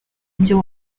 ibyo